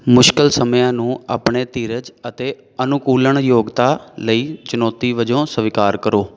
ਮੁਸ਼ਕਿਲ ਸਮਿਆਂ ਨੂੰ ਆਪਣੇ ਧੀਰਜ ਅਤੇ ਅਨੁਕੂਲਣਯੋਗਤਾ ਲਈ ਚੁਣੌਤੀ ਵਜੋਂ ਸਵੀਕਾਰ ਕਰੋ